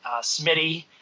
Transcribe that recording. Smitty